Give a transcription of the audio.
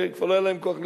כבר לא היה להם כוח להילחם.